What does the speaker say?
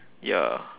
ya